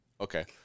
Okay